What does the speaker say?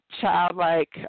childlike